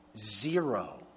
zero